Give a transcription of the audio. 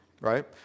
right